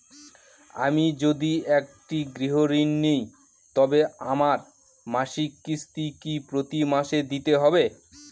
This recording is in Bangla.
আমি যদি একটি গৃহঋণ নিই তবে আমার মাসিক কিস্তি কি প্রতি মাসে দিতে হবে?